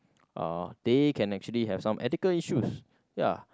uh they can actually have some ethical issues ya